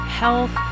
health